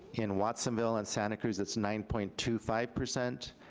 in watsonville, and santa cruz it's nine point two five percent,